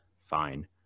Fine